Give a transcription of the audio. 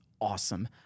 awesome